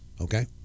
okay